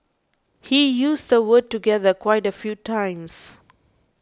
he used the word together quite a few times